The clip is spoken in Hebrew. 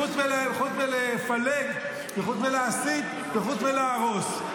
חוץ מלפלג וחוץ מלהסית וחוץ מלהרוס.